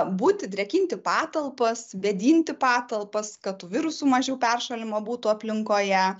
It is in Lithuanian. būti drėkinti patalpas vėdinti patalpas kad tų virusų mažiau peršalimo būtų aplinkoje